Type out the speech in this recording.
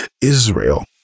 Israel